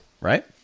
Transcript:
right